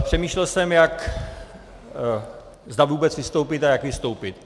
Přemýšlel jsem, zda vůbec vystoupit a jak vystoupit.